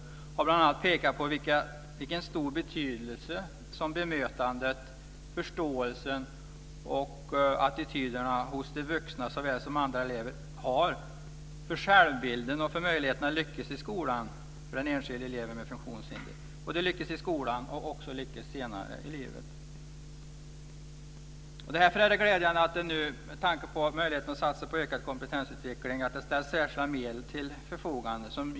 Den har bl.a. pekat på vilken stor betydelse som bemötandet, förståelsen och attityderna hos de vuxna såväl som andra elever har för självbilden och för möjligheterna för den enskilde eleven med funktionshinder att lyckas i skolan och också senare i livet. Det är med tanke på möjligheten att satsa på ökad kompetensutveckling nu glädjande att det ställs särskilda medel till förfogande.